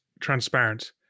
transparent